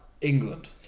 England